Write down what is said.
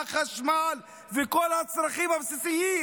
החשמל וכל הצרכים הבסיסיים.